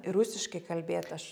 ir rusiškai kalbėt aš rusiškai